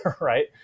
right